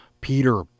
Peter